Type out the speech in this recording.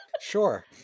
sure